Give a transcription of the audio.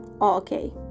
okay